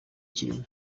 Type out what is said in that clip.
kirimo